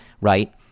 right